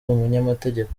umunyamategeko